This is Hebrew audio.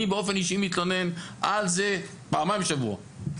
אני באופן אישי מתלונן על זה פעמיים בשבוע.